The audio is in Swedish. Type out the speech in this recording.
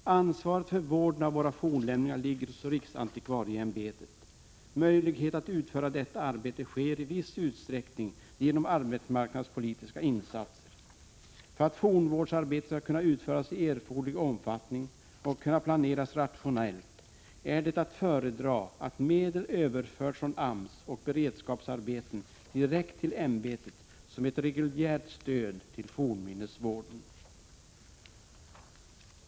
Ansvaret för vården av våra fornlämningar ligger hos riksantikvarieämbetet. Möjlighet att utföra detta arbete ges i viss utsträckning genom arbetsmarknadspolitiska insatser. För att fornvårdsarbetet skall kunna utföras i erforderlig omfattning och kunna planeras rationellt är det att föredra att medel överförs från AMS och beredskapsarbeten direkt till ämbetet som ett reguljärt stöd till fornminnesvården.